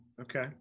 Okay